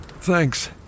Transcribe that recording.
Thanks